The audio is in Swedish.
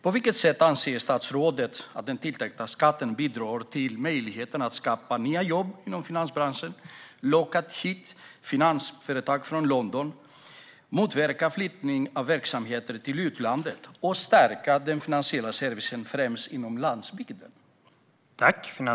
På vilket sätt anser statsrådet att den tilltänkta skatten bidrar till möjligheten att skapa nya jobb inom finansbranschen, locka hit finansföretag från London, motverka flyttning av verksamheter till utlandet och stärka den finansiella servicen främst på landsbygden?